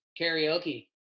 karaoke